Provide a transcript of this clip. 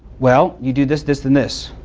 well, you do this, this, and this.